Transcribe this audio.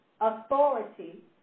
authority